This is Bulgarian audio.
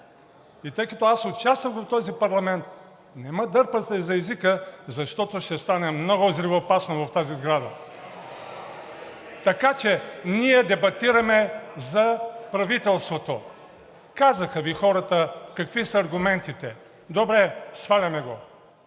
и тъй като аз участвах в този парламент, не ме дърпайте за езика, защото ще стане много взривоопасно в тази сграда. (Шум и реплики.) Ние дебатираме за правителството. Хората Ви казаха какви са аргументите. Добре, сваляме го,